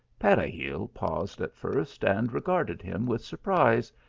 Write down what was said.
pere gil paused at first, and regarded him with surprise,